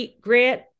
Grant